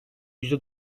yüzde